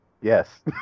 Yes